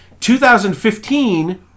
2015